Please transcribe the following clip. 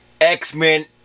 X-Men